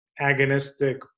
agonistic